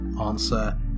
answer